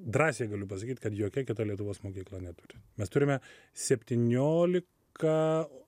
drąsiai galiu pasakyt kad jokia kita lietuvos mokykla neturi mes turime septyniolika